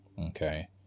Okay